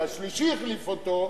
והשלישי החליף אותו,